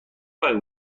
برای